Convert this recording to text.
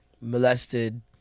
molested